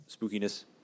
spookiness